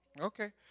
Okay